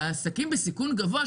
והעסקים בסיכון גבוה,